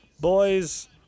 Boys